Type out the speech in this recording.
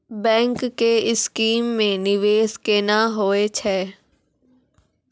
Bank के scheme मे निवेश केना होय छै?